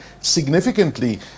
significantly